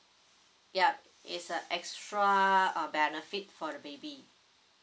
yup it's a extra uh benefit for the baby